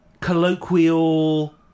colloquial